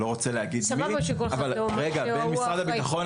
לא רוצה להגיד מי --- סבבה שכל אחד אומר שההוא אחראי,